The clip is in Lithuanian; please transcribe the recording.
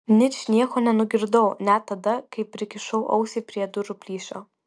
ničnieko nenugirdau net tada kai prikišau ausį prie durų plyšio